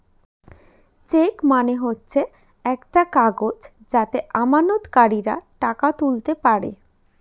check মানে হচ্ছে একটা কাগজ যাতে আমানতকারীরা টাকা তুলতে পারে